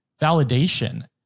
validation